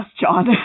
John